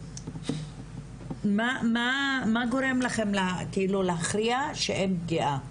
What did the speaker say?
מה גורם לכם להכריע שאין פגיעה?